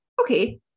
okay